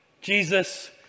Jesus